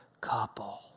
couple